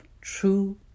true